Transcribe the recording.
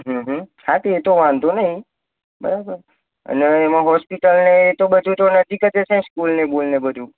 હા તે એ તો વાંધો નહીં બરાબર અને એમાં હોસ્પિટલ ને એ તો બધું તો નજીક જ હશે સ્કૂલ ને બુલને એ બધું